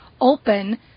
Open